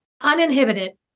uninhibited